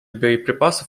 боеприпасов